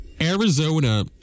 Arizona